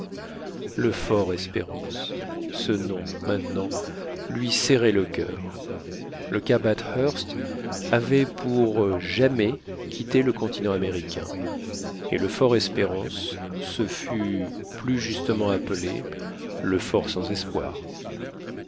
le fort espérance ce nom maintenant lui serrait le coeur le cap bathurst avait pour jamais quitté le continent américain et le fort espérance se fût plus justement appelé le fort